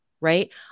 right